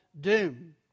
doom